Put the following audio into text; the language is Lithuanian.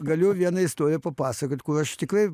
galiu vieną istoriją papasakot kur aš tikrai